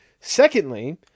Secondly